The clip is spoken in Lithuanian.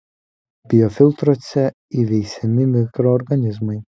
biofiltruose įveisiami mikroorganizmai